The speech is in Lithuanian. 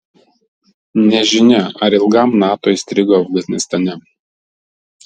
nežinia ar ilgam nato įstrigo afganistane